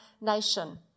nation